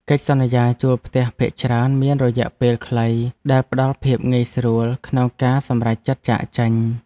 កិច្ចសន្យាជួលផ្ទះភាគច្រើនមានរយៈពេលខ្លី ដែលផ្តល់ភាពងាយស្រួលក្នុងការសម្រេចចិត្តចាកចេញ។